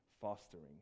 fostering